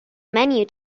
menu